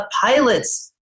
pilots